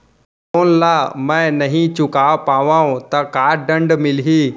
Loan ला मैं नही चुका पाहव त का दण्ड मिलही?